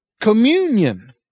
communion